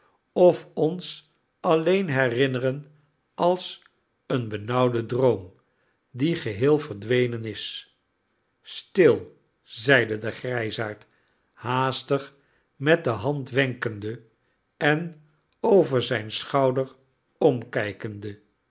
of ons alleen herinneren als een benauwden droom die geheel verdwenen is stil zeide de grijsaard haastig met de hand wenkende en over zijn schouder omkijkende